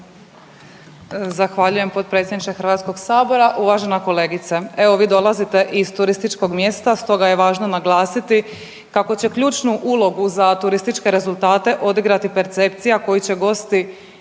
Zahvaljujem potpredsjedniče HS. Uvažena kolegice, evo vi dolazite iz turističkog mjesta, stoga je važno naglasiti kako će ključnu ulogu za turističke rezultate odigrati percepcija koju će gosti